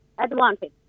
advantage